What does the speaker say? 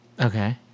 okay